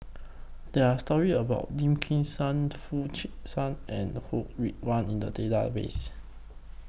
There Are stories about Lim Kim San Foo Chee San and Ho Rih Hwa in The Database